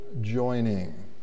joining